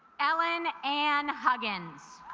ellen and huggins